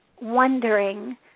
wondering